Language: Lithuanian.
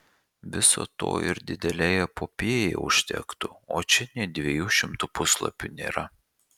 viso to ir didelei epopėjai užtektų o čia nė dviejų šimtų puslapių nėra